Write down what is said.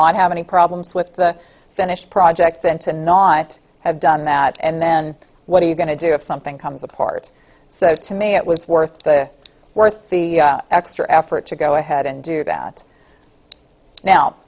not have any problems with the finished project and to not have done that and then what are you going to do if something comes apart so to me it was worth the worth the extra effort to go ahead and do that now